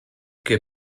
che